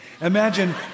Imagine